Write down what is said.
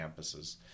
campuses